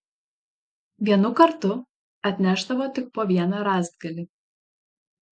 vienu kartu atnešdavo tik po vieną rąstgalį